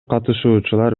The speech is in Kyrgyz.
катышуучулар